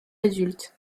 adultes